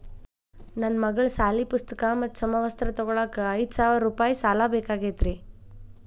ನನ್ನ ಮಗಳ ಸಾಲಿ ಪುಸ್ತಕ್ ಮತ್ತ ಸಮವಸ್ತ್ರ ತೊಗೋಳಾಕ್ ಐದು ಸಾವಿರ ರೂಪಾಯಿ ಸಾಲ ಬೇಕಾಗೈತ್ರಿ